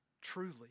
truly